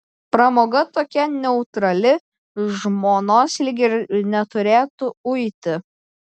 pramoga tokia neutrali žmonos lyg ir neturėtų uiti